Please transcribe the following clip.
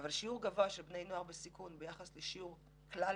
אבל שיעור גבוה של בני נוער בסיכון ביחס לשיעור כלל